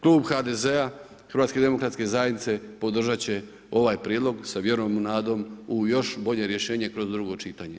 Klub HDZ-a podržat će ovaj prijedlog, sa vjerom i nadom u još bolje rješenje kroz drugo čitanje.